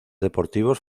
deportivos